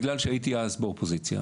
בגלל שהייתי אז באופוזיציה,